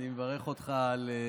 אני מברך אותך על תפקידך.